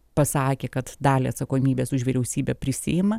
pasakė kad dalį atsakomybės už vyriausybę prisiima